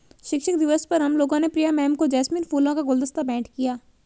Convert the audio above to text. शिक्षक दिवस पर हम लोगों ने प्रिया मैम को जैस्मिन फूलों का गुलदस्ता भेंट किया